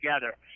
together